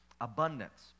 Abundance